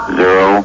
zero